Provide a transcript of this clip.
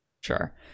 Sure